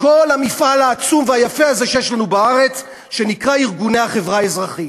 וכל המפעל העצום והיפה הזה שיש לנו בארץ שנקרא ארגוני החברה האזרחית.